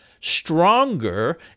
stronger